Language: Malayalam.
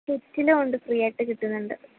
കെറ്റിലുമുണ്ട് ഫ്രീയായിട്ട് കിട്ടുന്നുണ്ട്